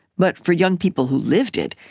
but for young people who lived it,